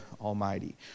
Almighty